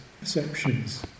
perceptions